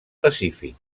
pacífic